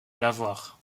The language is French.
lavoir